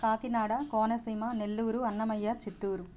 Kakinada Konaseema Nellore Annamayya Chittoor